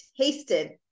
tasted